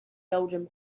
belgium